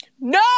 No